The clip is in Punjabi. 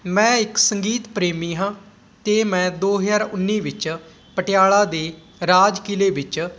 ਮੈਂ ਇੱਕ ਸੰਗੀਤ ਪ੍ਰੇਮੀ ਹਾਂ ਅਤੇ ਮੈਂ ਦੋ ਹਜ਼ਾਰ ਉੱਨੀ ਵਿੱਚ ਪਟਿਆਲਾ ਦੇ ਰਾਜ ਕਿਲੇ ਵਿੱਚ